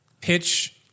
Pitch